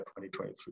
2023